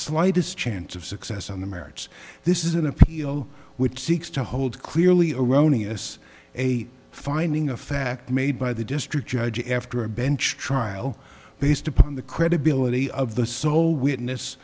slightest chance of success on the merits this is an appeal which seeks to hold clearly erroneous a finding of fact made by the district judge after a bench trial based upon the credibility of the sole witness